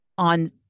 on